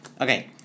okay